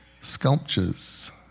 sculptures